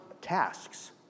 tasks